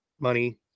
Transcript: money